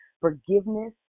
forgiveness